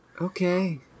Okay